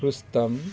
Rustam